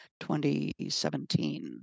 2017